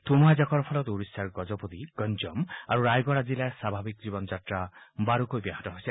ধুমুহা জাকৰ ফলত ওড়িশাৰ গজপতি গঞ্জম আৰু ৰায়গড়া জিলাৰ স্বাভাৱিক জীৱন যাত্ৰা বাৰুকৈ ব্যাহত হৈছে